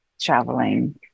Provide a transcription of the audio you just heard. traveling